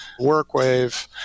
WorkWave